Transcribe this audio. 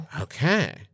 Okay